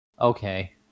Okay